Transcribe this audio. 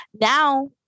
now